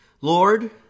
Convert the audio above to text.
Lord